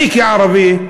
אני כערבי,